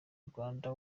rwanda